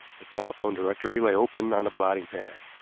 the telephone directory lay open on the blotting-pad.